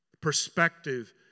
Perspective